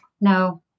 No